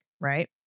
right